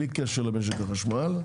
בלי קשר למשק החשמל,